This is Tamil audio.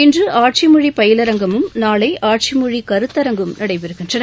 இன்று ஆட்சிமொழி பயிலரங்கமும் நாளை ஆட்சி மொழி கருத்தரங்கும் நடைபெறுகின்றன